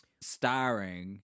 starring